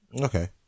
Okay